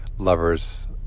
Lovers